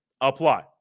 apply